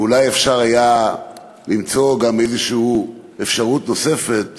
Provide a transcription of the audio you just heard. ואולי אפשר היה למצוא גם איזו אפשרות נוספת,